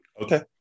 Okay